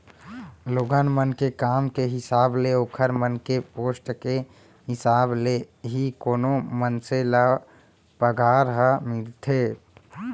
लोगन मन के काम के हिसाब ले ओखर मन के पोस्ट के हिसाब ले ही कोनो मनसे ल पगार ह मिलथे